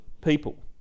people